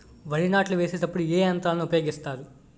వరి నాట్లు వేసేటప్పుడు ఏ యంత్రాలను ఉపయోగిస్తారు?